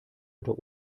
unter